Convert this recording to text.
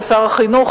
שר החינוך,